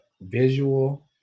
visual